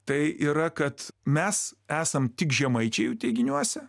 tai yra kad mes esam tik žemaičiai jų teiginiuose